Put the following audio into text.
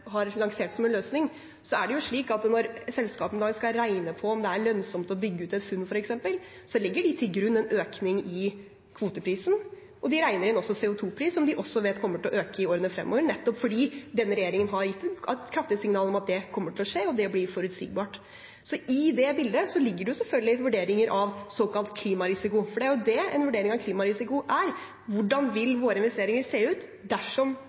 har lansert som en løsning, er det jo slik at når selskapene skal regne på om det er lønnsomt å bygge ut et funn f.eks., legger de til grunn en økning i kvoteprisen, og de regner også inn CO 2 -pris, som de også vet kommer til å øke i årene fremover, nettopp fordi denne regjeringen har gitt et kraftig signal om at det kommer til å skje, og det blir forutsigbart. I det bildet ligger det selvfølgelig vurderinger av såkalt klimarisiko, for det er jo det en vurdering av klimarisiko er – hvordan vil våre investeringer se ut dersom